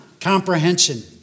comprehension